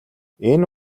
энэ